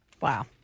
Wow